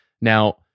Now